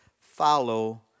follow